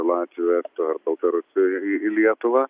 latvių estų ar baltarusių į į lietuvą